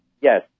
Yes